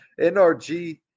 NRG